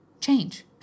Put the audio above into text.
change